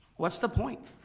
what's the point?